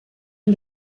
und